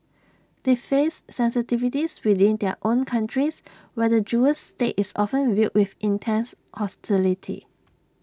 they face sensitivities within their own countries where the Jewish state is often viewed with intense hostility